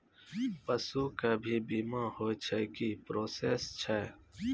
पसु के भी बीमा होय छै, की प्रोसेस छै?